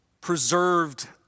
preserved